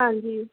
ਹਾਂਜੀ